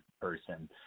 person